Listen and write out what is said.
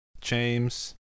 James